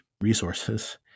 resources